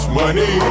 money